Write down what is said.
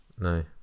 no